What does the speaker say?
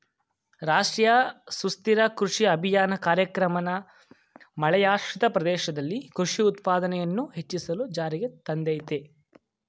ರಾಷ್ಟ್ರೀಯ ಸುಸ್ಥಿರ ಕೃಷಿ ಅಭಿಯಾನ ಕಾರ್ಯಕ್ರಮನ ಮಳೆಯಾಶ್ರಿತ ಪ್ರದೇಶದಲ್ಲಿ ಕೃಷಿ ಉತ್ಪಾದನೆಯನ್ನು ಹೆಚ್ಚಿಸಲು ಜಾರಿಗೆ ತಂದಯ್ತೆ